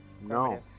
No